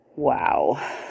Wow